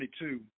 22